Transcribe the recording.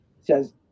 says